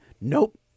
Nope